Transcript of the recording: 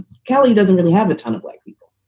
keli doesn't really have a ton of black people.